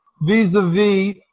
vis-a-vis